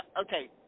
Okay